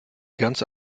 ganze